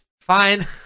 fine